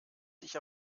sich